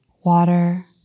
water